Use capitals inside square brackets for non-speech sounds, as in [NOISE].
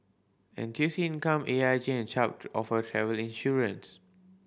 N T U C Income A I G and Chubb [UNINTELLIGIBLE] offer travel insurance